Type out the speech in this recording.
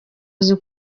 azi